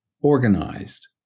organized